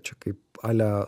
čia kaip ale